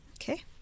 Okay